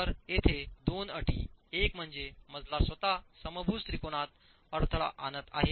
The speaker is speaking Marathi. तर येथे दोन अटी एक म्हणजे मजला स्वतः समभुज त्रिकोणात अडथळा आणत आहे